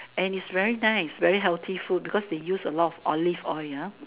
and is very nice very healthy food because they use a lot of Olive oil ah